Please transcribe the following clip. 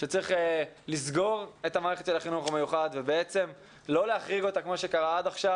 שצריך לסגור את מערכת החינוך המיוחד ולא להחריג אותה כפי שקרה עד עכשיו.